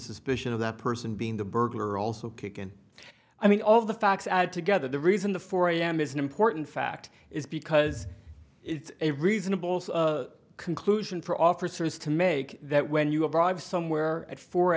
suspicion of that person being the burglar also kick in i mean all the facts add together the reason the four am is an important fact is because it's a reasonable conclusion for officers to make that when you arrive somewhere at four